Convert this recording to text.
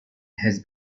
has